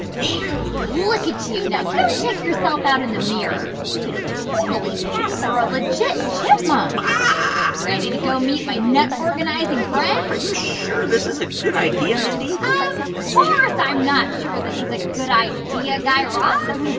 there. look at you. now, go check yourself out in the mirror. you could totally pass for a legit chipmunk. ah ready to go meet my nut-organizing friends? are you sure this is a good idea, mindy? of course i'm not sure this is a good idea, guy raz.